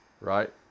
right